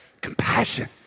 compassion